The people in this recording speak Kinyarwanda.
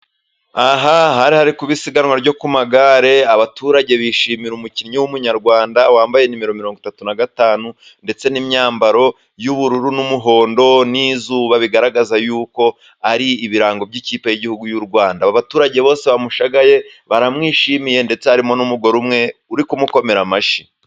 Aha hari hari kuba isiganwa ryo ku magare, abaturage bishimira umukinnyi w'Umunyarwanda wambaye nimero mirongwitatu na gatanu, ndetse n'imyambaro y'ubururu n'umuhondo n'izuba bigaragaza yuko ari ibirango by'ikipe y'igihugu y'u Rwanda, abaturage bose bamushagaye baramwishimiye, ndetse harimo n'umugore umwe uri kumukomera amashyi.